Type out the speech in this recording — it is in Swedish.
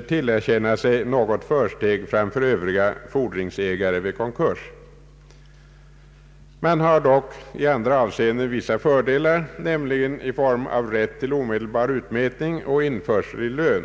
tillerkänna sig något försteg framför övriga fordringsägare vid konkurs. Staten har dock i andra avseenden vissa fördelar, näm ligen i form av rätt till omedelbar utmätning och införsel i lön.